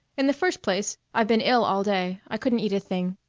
in the first place i've been ill all day. i couldn't eat a thing.